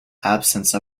absence